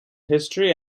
history